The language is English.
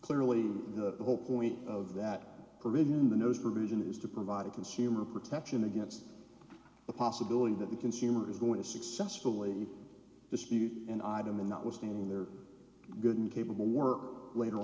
clearly the whole point of that provision in the nose provision is to provide a consumer protection against the possibility that the consumer is going to successfully dispute and i don't mean that was standing there good and capable work later